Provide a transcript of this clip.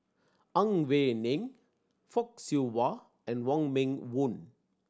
Ang Wei Neng Fock Siew Wah and Wong Meng Voon